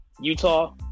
Utah